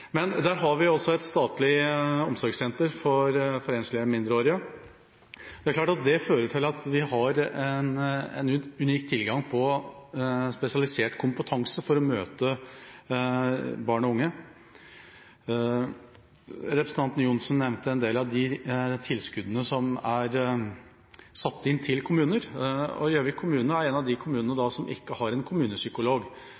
Der har vi et statlig omsorgssenter for enslige mindreårige. Det er klart at det har ført til at vi har en unik tilgang på spesialisert kompetanse for å møte barn og unge. Representanten Ørmen Johnsen nevnte en del av de tilskuddene som er gitt til kommunene. Gjøvik kommune er en av de kommunene